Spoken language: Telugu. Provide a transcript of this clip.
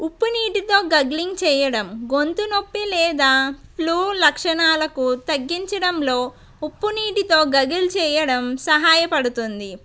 ఉప్పు నీటితో గగ్లింగ్ చేయడం గొంతు నొప్పి లేదా ఫ్లూ లక్షణాలకు తగ్గించడంలో ఉప్పు నీటితో గగ్గిల్ చేయడం సహాయ పడుతుంది